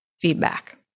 feedback